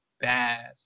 bad